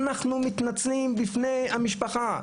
אנחנו מתנצלים בפני המשפחה.